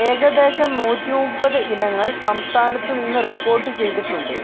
ഏകദേശം നൂറ്റിമുപ്പത് ഇനങ്ങൾ സംസ്ഥാനത്തുനിന്ന് റിപ്പോർട്ട് ചെയ്തിട്ടുണ്ട്